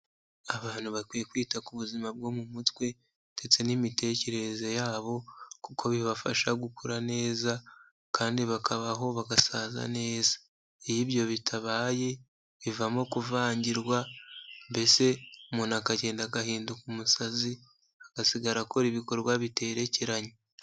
Abantu bakwiye kwita ku buzima bwo mu mutwe ndetse n'imitekerereze yabo, kuko bibafasha gukura neza kandi bakabaho bagasaza neza, iyo ibyo bitabaye bivamo kuvangirwa mbese umuntu akagenda agahinduka umusazi agasigara akora ibikorwa biterekeranye.